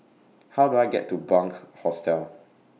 How Do I get to Bunc Hostel